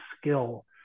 skill